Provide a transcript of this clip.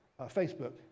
facebook